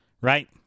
right